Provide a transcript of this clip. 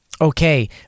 Okay